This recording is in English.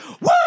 Woo